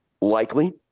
likely